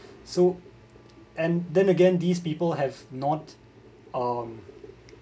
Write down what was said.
so and then again these people have not um